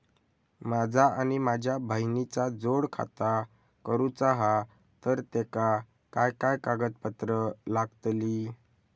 माझा आणि माझ्या बहिणीचा जोड खाता करूचा हा तर तेका काय काय कागदपत्र लागतली?